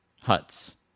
huts